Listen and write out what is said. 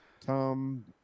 Tom